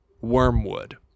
Wormwood